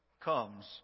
comes